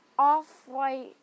Off-white